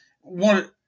one